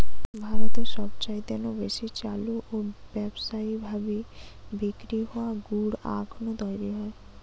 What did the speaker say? ভারতে সবচাইতে নু বেশি চালু ও ব্যাবসায়ী ভাবি বিক্রি হওয়া গুড় আখ নু তৈরি হয়